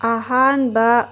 ꯑꯍꯥꯟꯕ